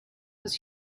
was